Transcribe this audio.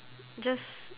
just